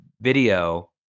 video